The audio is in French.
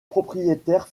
propriétaire